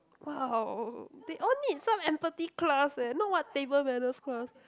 !wow! they all need some empathy class eh not what table manners class